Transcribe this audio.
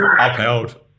upheld